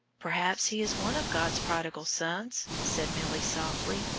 perhaps he is one of god's prodigal sons, said milly softly,